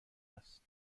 است